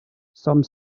some